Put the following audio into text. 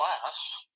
class